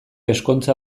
ezkontza